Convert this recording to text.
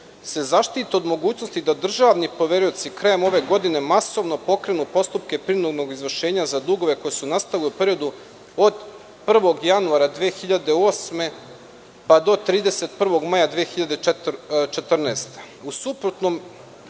se zaštite od mogućnosti da državni poverioci krajem ove godine masovno pokrenu postupke prinudnog izvršenja za dugove koji su nastali u periodu od 1. januara 2008. pa do 31. maja 2014.